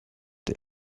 der